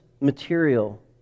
material